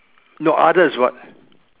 no other is what